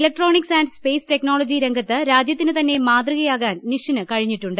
electronics and space technology രംഗത്ത് രാജ്യത്തിന് ത്ന്നെ മാതൃകയാകാൻ നിഷിന് കഴിഞ്ഞിട്ടുണ്ട്